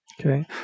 Okay